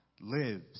lives